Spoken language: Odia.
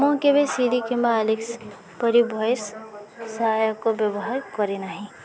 ମୁଁ କେବେ ସିରି କିମ୍ବା ଆଲେକ୍ସ ପରି ଭଏସ୍ ସହାୟକ ବ୍ୟବହାର କରିନାହିଁ